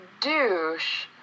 douche